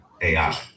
AI